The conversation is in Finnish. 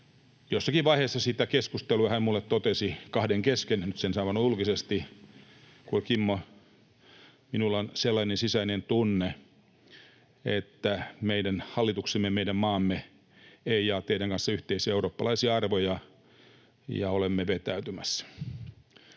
jossakin vaiheessa keskustelua hän minulle totesi kahden kesken — nyt sen sanon julkisesti: ”Kuule Kimmo, minulla on sellainen sisäinen tunne, että meidän hallituksemme ja meidän maamme eivät jaa teidän kanssa yhteiseurooppalaisia arvoja ja olemme vetäytymässä